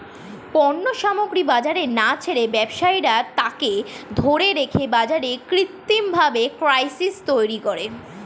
পণ্য সামগ্রী বাজারে না ছেড়ে ব্যবসায়ীরা তাকে ধরে রেখে বাজারে কৃত্রিমভাবে ক্রাইসিস তৈরী করে